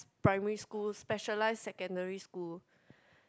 primary school specialist secondary school